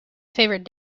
favourite